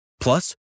Plus